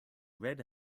red